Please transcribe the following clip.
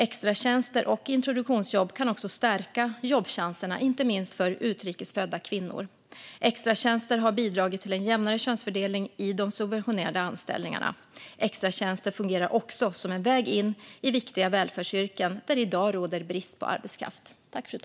Extratjänster och introduktionsjobb kan också stärka jobbchanserna för inte minst utrikes födda kvinnor. Extratjänster har bidragit till en jämnare könsfördelning i de subventionerade anställningarna. Extratjänster fungerar också som en väg in i viktiga välfärdsyrken där det i dag råder brist på arbetskraft.